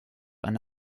eine